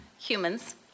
humans